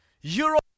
Europe